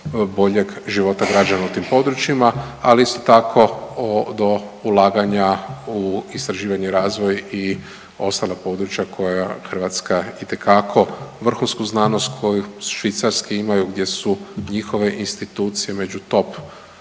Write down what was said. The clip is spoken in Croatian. boljeg života građana u tim područjima, ali isto tako do ulaganja u istraživanje i razvoj i ostala područja koja Hrvatska itekako vrhunsku znanost koju švicarski imaju gdje su njihove institucije među top